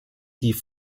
die